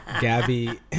Gabby